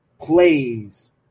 plays